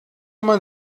man